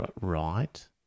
Right